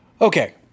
Okay